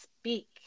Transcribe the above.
speak